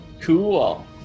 Cool